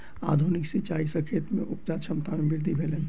आधुनिक सिचाई सॅ खेत में उपजा क्षमता में वृद्धि भेलै